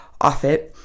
Offit